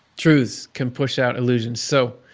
truths can push out illusions. so,